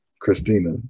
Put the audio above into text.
Christina